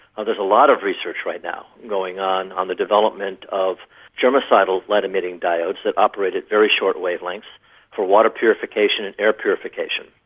there's a lot of research right now going on on the development of germicidal light emitting diodes that operate operate at very short wavelengths for water purification and air purification.